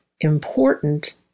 Important